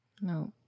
No